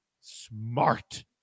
Smart